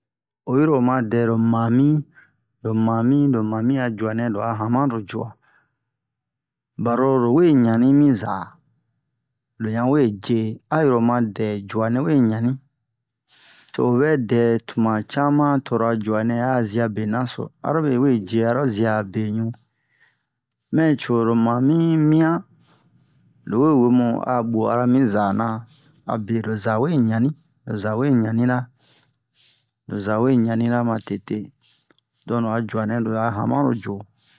oyi ro oma dɛro mami lo mami lo mami a juanɛ lo a hamano jua baro lowe ɲani mi za lo yan we je ayi ro oma dɛ juanɛ we ɲani to o vɛ dɛ tuma cama toro a juanɛ a'a zia benan so aro be we je aro zia a beɲu mɛ coro mami mian lowe we bun a bu'ara mi za na abe lo za we ɲani lo za we ɲanira lo za we ɲanira ma tete don lo a juanɛ lo a hamano juo